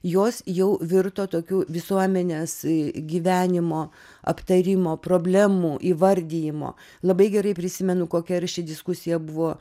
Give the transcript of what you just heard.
jos jau virto tokiu visuomenės gyvenimo aptarimo problemų įvardijimo labai gerai prisimenu kokia arši diskusija buvo